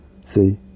See